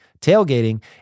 tailgating